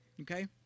okay